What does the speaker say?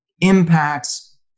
impacts